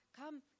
Come